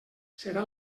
serà